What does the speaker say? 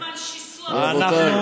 כל הזמן שיסוע ושנאה.